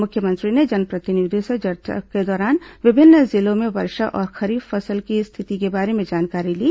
मुख्यमंत्री ने जनप्रतिनिधियों से चर्चा के दौरान विभिन्न जिलों में वर्षा और खरीफ फसलों की स्थिति के बारे में जानकारी ली